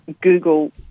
Google